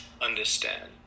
understand